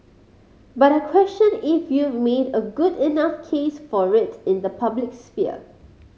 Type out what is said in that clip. but I question if you've made a good enough case for it in the public sphere